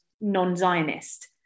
non-Zionist